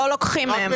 לא לוקחים מהם.